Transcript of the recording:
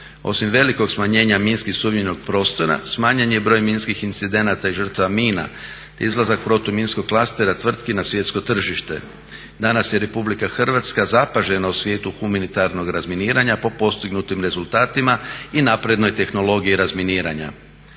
Osim velikog smanjenja minski sumnjivog prostora smanjen je broj minskih incidenata i žrtava mina, te izlazak protuminskog klastera tvrtki na svjetsko tržište. Danas je RH zapažena u svijetu humanitarnog razminiranja po postignutim rezultatima i naprednoj tehnologiji razminiranja.